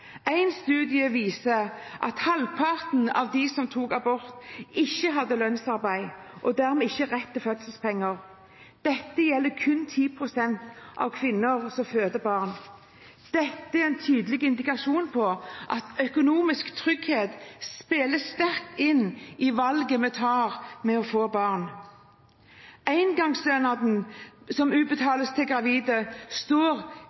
En studie viser at halvparten av dem som tok abort, ikke hadde lønnsarbeid og dermed ikke rett til fødselspenger. Dette gjelder kun 10 pst. av kvinner som føder barn. Dette er en tydelig indikasjon på at økonomisk trygghet spiller sterkt inn i valget vi tar med å få barn. Engangsstønaden som utbetales til gravide som står